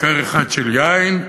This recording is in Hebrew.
וכד אחד של יין,